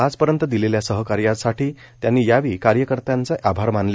आजपर्यंत दिलेल्या सहकार्यासाठी त्यांनी यावेळी कार्यकर्त्यांचं आभार मानलं